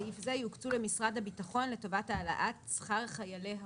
סעיף זה יוקצו למשרד הביטחון לטובת העלאת שכר חיילי החובה.